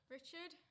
Richard